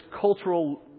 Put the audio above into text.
cultural